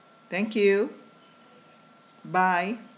thank you bye